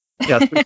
Yes